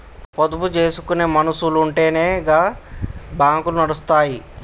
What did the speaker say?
పొదుపు జేసుకునే మనుసులుంటెనే గా బాంకులు నడుస్తయ్